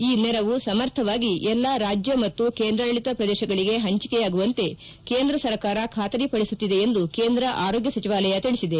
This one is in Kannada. ಈ ನೆರವು ಸಮರ್ಥವಾಗಿ ಎಲ್ಲಾ ರಾಜ್ಯ ಮತ್ತು ಕೇಂದ್ರಾಡಳಿತ ಪ್ರದೇಶಗಳಿಗೆ ಹಂಚಿಕೆಯಾಗುವಂತೆ ಕೇಂದ್ರ ಸರ್ಕಾರ ಖಾತರಿಪಡಿಸುತ್ತಿದೆ ಎಂದು ಕೇಂದ್ರ ಆರೋಗ್ಯ ಸಚಿವಾಲಯ ತಿಳಿಸಿದೆ